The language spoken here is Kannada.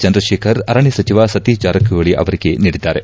ಚಂದ್ರಶೇಖರ್ ಅರಣ್ಣ ಸಚಿವ ಸತೀಶ್ ಜಾರಕಿಹೊಳಿ ಅವರಿಗೆ ನೀಡಿದ್ದಾರೆ